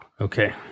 Okay